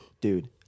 Dude